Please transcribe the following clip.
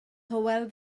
hywel